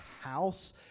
house